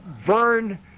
Vern